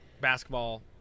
basketball